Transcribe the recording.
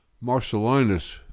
Marcellinus